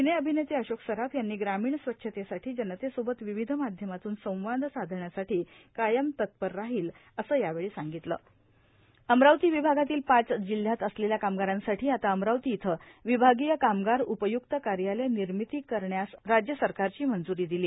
सिने अभिनेते अशोक सराफ यांनी ग्रामीण स्वच्छतेसाठी जनतेसोबत विविध माध्यमातून संवाद साधण्यासाठी कायम तत्पर राहील असं यावेळी सांगितलं अमरावती विभागातील पाच जिल्ह्यात असलेल्या कामगारांसाठी आता अमरावती येथे विभागीय कामगार उपय्क्त कार्यालय निर्मिती करण्यास राज्य शासनानं मंजूरी दिली